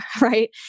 right